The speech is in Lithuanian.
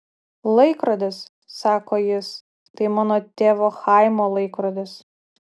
laikrodis sako jis tai mano tėvo chaimo laikrodis